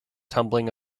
tumbling